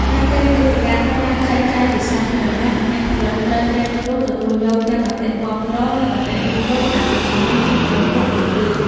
នៅពេលមាតិកាត្រូវបានចែកចាយជាសាធារណៈ អ្នកផលិតត្រូវត្រៀមខ្លួនទទួលយកទាំងមតិគាំទ្រ និងមតិរិះគន់អវិជ្ជមានពីមនុស្សគ្រប់ទិសទី។